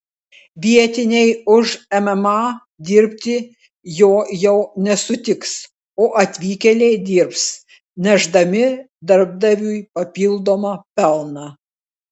vietiniai už mma dirbti jo jau nesutiks o atvykėliai dirbs nešdami darbdaviui papildomą pelną